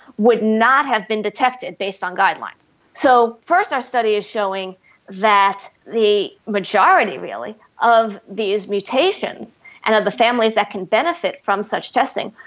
would not have been detected based on guidelines. so, first our study is showing that the majority really of these mutations and of the families that can benefit from such testing,